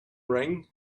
ring